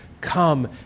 come